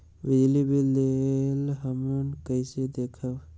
बिजली बिल देल हमन कईसे देखब?